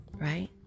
Right